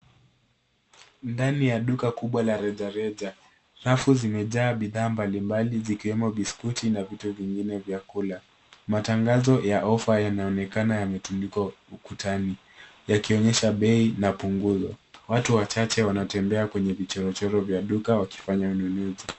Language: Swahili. Ndani ya duka kubwa la rejareja, rafu zimejaa bidhaa mbalimbali zikiwemo biskuti na vitu vingine vya kula. Matangazo ya offer yanaonekana yametundikwa ukutani, yakionyesha bei na punguzo. Watu wachache wanatembea kwenye vichochoro vya duka wakifanya ununuzi.